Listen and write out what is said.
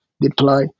deploy